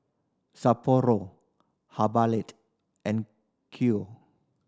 Sapporo and Q